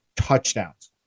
touchdowns